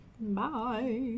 Bye